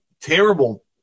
terrible